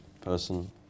person